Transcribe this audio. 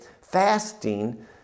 fasting